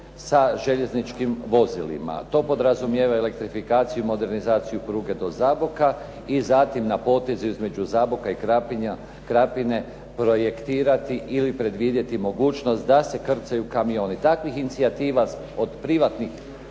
sa željezničkim vozilima. To podrazumijeva elektrifikaciju i modernizaciju pruge do Zaboka i zatim na potezu između Zaboka i Krapine projektirati ili predvidjeti mogućnost da se ukrcaju kamioni. Takvih inicijativa od privatnih